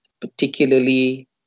particularly